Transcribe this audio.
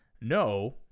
no